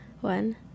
one